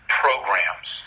programs